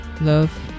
love